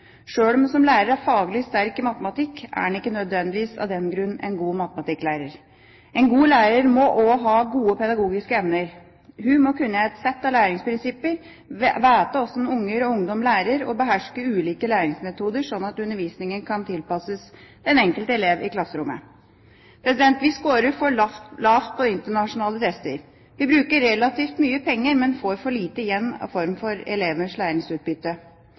Sjøl om en som lærer er faglig sterk i matematikk, er en ikke nødvendigvis en god matematikklærer. En god lærer må også ha gode pedagogiske evner. Hun må kunne et sett av læringsprinsipper, vite hvordan unger og ungdom lærer og beherske ulike læringsmetoder, slik at undervisningen kan tilpasses den enkelte elev i klasserommet. Vi skårer for lavt på internasjonale tester. Vi bruker relativt mye penger, men får for lite igjen i form av elevers læringsutbytte.